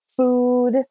food